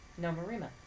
Nomarima